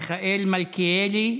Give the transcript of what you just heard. מיכאל מלכיאלי,